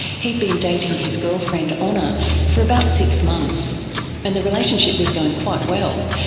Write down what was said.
he'd been dating his girlfriend honor for about six months and the relationship was going quite well.